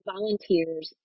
volunteers